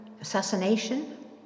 assassination